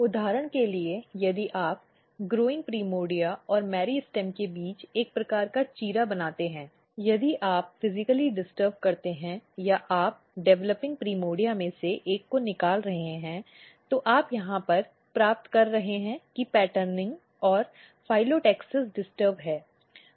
उदाहरण के लिए यदि आप बढ़ते प्राइमर्डिया और मेरिस्टेम के बीच एक प्रकार का चीरा बनाते हैं यदि आप फ़िज़िकली डिस्टर्ब् करते हैं या आप विकासशील प्राइमर्डिया में से एक को निकाल रहे हैं तो आप यहां क्या प्राप्त कर रहे हैं कि पैटर्निंग या फिलाटैक्सिस डिस्टर्ब् है